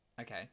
Okay